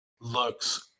looks